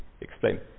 explain